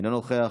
אינו נוכח,